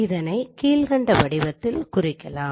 இதனைக் கீழ்கண்ட வடிவத்தில் குறிக்கலாம்